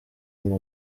ngo